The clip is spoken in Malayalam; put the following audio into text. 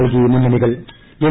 നൽകി മുന്നണികൾ എൽ